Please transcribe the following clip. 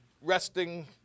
resting